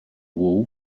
wool